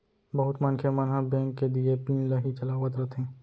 बहुत मनखे मन ह बेंक के दिये पिन ल ही चलावत रथें